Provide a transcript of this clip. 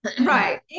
Right